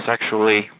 sexually